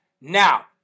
Now